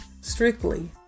strictly